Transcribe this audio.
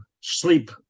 sleep